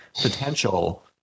potential